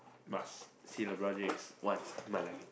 must see the Brown-James once in my life